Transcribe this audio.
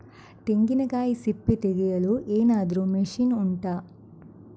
ತೆಂಗಿನಕಾಯಿ ಸಿಪ್ಪೆ ತೆಗೆಯಲು ಏನಾದ್ರೂ ಮಷೀನ್ ಉಂಟಾ